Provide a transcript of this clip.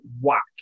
whack